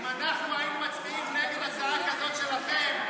אם אנחנו היינו מצביעים נגד הצעה כזאת שלכם,